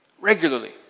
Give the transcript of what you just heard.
regularly